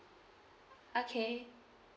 okay